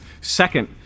Second